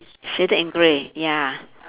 shaded in grey ya